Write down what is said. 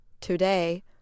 Today